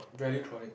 valuetronic